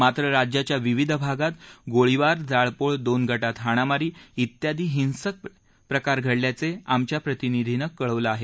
मात्र राज्याच्या विविध भागांत गोळीबार जाळपोळ दोन गटांत हाणामारी इत्यादी हिंसक प्रकार घडल्याचे आमच्या प्रतिनिधीनं कळवलं आहे